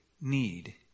need